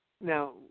now